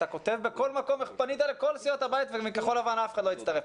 אתה כותב בכל מקום איך פנית לכל סיעות הבית ומכחול לבן אף אחד לא הצטרף.